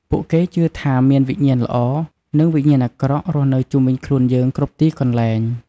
ពួកគេជឿថាមានវិញ្ញាណល្អ និងវិញ្ញាណអាក្រក់រស់នៅជុំវិញខ្លួនយើងគ្រប់ទីកន្លែង។